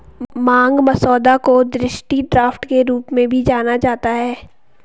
मांग मसौदा को दृष्टि ड्राफ्ट के रूप में भी जाना जाता है